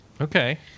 Okay